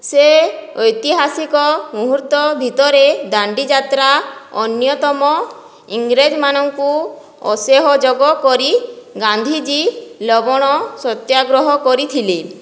ସେ ଐତିହାସିକ ମୂହୁର୍ତ୍ତ ଭିତରେ ଦାଣ୍ଡିଯାତ୍ରା ଅନ୍ୟତମ ଇଂରେଜ ମାନଙ୍କୁ ଅସହ୍ୟଯୋଗ କରି ଗାନ୍ଧୀଜୀ ଲବଣ ସତ୍ୟାଗ୍ରହ କରିଥିଲେ